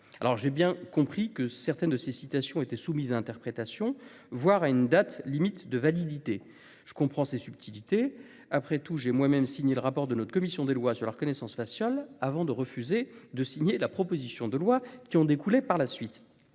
l'ai bien compris, certaines de ces citations sont soumises à interprétation, voire à une date limite de validité. Je comprends ces subtilités. Après tout, j'ai moi-même signé le rapport de la commission des lois sur la reconnaissance faciale, avant de refuser de signer la proposition de loi qui en découlait.